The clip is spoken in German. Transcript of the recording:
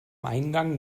eingang